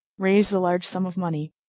raised a large sum of money,